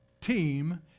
team